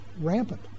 rampant